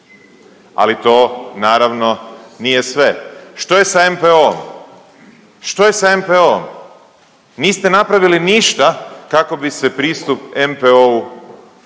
Ali to naravno nije sve, što je s NPOO-om, što je sa NPOO-om? Niste napravili ništa kako bi se pristup NPOO-u poboljšao